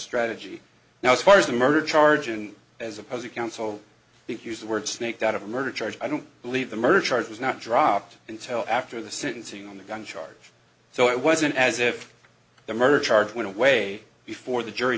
strategy now as far as the murder charge and as opposing counsel use the word snaked out of a murder charge i don't believe the murder charge was not dropped intel after the sentencing on the gun charge so it wasn't as if the murder charge went away before the jury